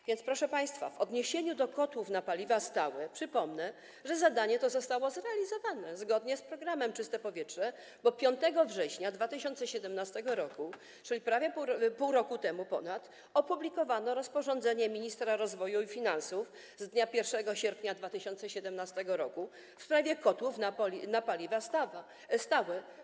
A więc, proszę państwa, w odniesieniu do kotłów na paliwa stałe przypomnę, że zadanie to zostało zrealizowane zgodnie z programem „Czyste powietrze”, bo 5 września 2017 r., czyli ponad pół roku temu, opublikowano rozporządzenie ministra rozwoju i finansów z dnia 1 sierpnia 2017 r. w sprawie kotłów na paliwa stałe.